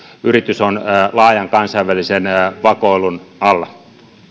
yritys on laajan kansainvälisen vakoilun alla